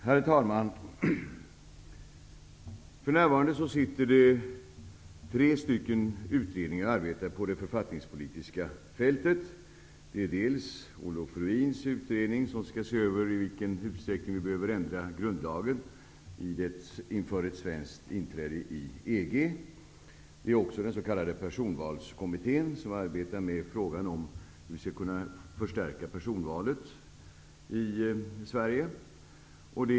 Herr talman! För närvarande arbetar tre stycken utredningar på det författningspolitiska fältet. Det är Olof Ruins utredning, som skall se över i vilken utsträckning vi behöver ändra grundlagen inför ett svenskt inträde i EG. Det är också den s.k. personvalskommittén, som arbetar med frågan om hur vi skall kunna förstärka personvalet i Sverige.